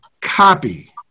copy